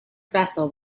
vessel